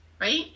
right